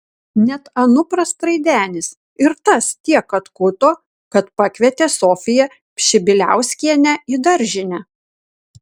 net anupras traidenis ir tas tiek atkuto kad pakvietė sofiją pšibiliauskienę į daržinę